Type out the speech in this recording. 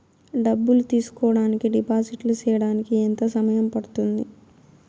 డబ్బులు తీసుకోడానికి డిపాజిట్లు సేయడానికి ఎంత సమయం పడ్తుంది